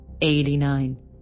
89